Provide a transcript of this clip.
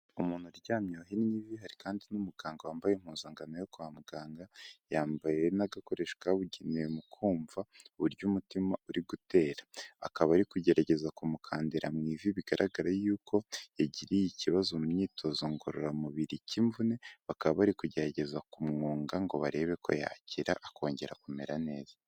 Umuntu uryamye uhenye ivi, hari kandi n'umuganga wambaye impuzankano yo kwa muganga yambaye n'agakoresho kabugenewe mu kumva uburyo umutima uri gutera. Akaba ari kugerageza kumukandira mu ivi bigaragara yuko yagiriye ikibazo mu myitozo ngororamubiri cy'imvune, bakaba bari kugerageza kumwunga ngo barebe ko yakira akongera kumera neza.